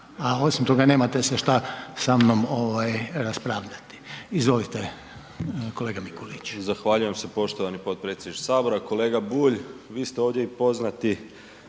a osim toga nemate se šta sa mnom ovaj raspravljati. Izvolite kolega Nikolić. **Mikulić, Domagoj (HDZ)** Zahvaljujem se poštovani potpredsjedniče sabora. Kolega Bulj vi ste ovdje i poznati